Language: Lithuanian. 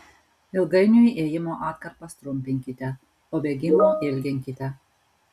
ilgainiui ėjimo atkarpas trumpinkite o bėgimo ilginkite